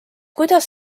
kuidas